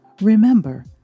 Remember